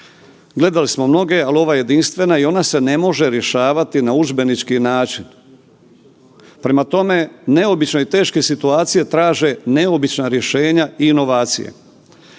Gledali smo mnoge, al ova je jedinstvena i ona se ne može rješavati na udžbenički način. Prema tome, neobično je i teške situacije traže neobična rješenja i inovacije.